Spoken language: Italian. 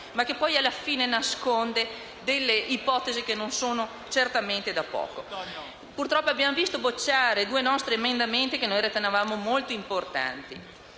ma che alla fine nasconde ipotesi certo non da poco. Purtroppo, abbiamo visto bocciare due nostri emendamenti che ritenevamo molto importanti.